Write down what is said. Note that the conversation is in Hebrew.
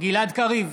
גלעד קריב,